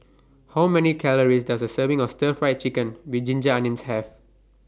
How Many Calories Does A Serving of Stir Fried Chicken with Ginger Onions Have